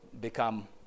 become